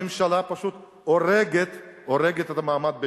הממשלה פשוט הורגת, הורגת, את מעמד הביניים.